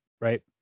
right